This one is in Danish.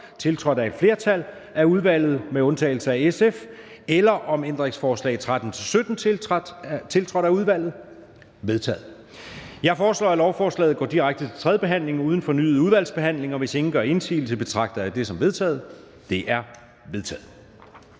tiltrådt af et flertal, udvalget med undtagelse af EL og ALT? De er vedtaget. Jeg foreslår, at lovforslaget går direkte til tredje behandling uden fornyet udvalgsbehandling. Hvis ingen gør indsigelse, betragter jeg det som vedtaget. Det er vedtaget.